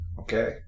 okay